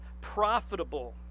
profitable